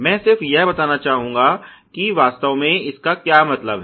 मैं सिर्फ यह बताना चाहूंगा कि वास्तव में इसका क्या मतलब है